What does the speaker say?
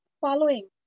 following